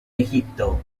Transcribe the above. egipto